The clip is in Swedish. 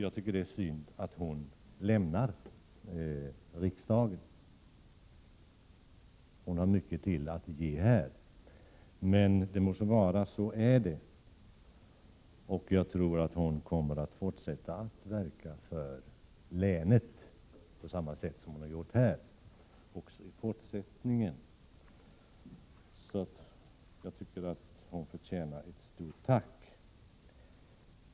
Det är synd att hon lämnar riksdagen — hon har mycket mer att ge här. Jag tror ändå att hon kommer att fortsätta att verka för länet på samma sätt som hon har gjort här. Hon förtjänar alltså ett stort tack.